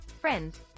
friends